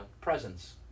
presence